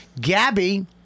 Gabby